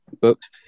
booked